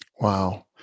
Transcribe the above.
Wow